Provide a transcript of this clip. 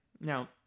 Now